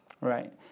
right